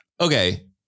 Okay